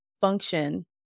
function